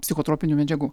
psichotropinių medžiagų